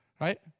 right